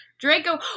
Draco